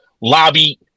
lobby